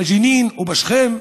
בג'נין ובשכם.